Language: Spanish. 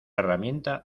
herramienta